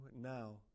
now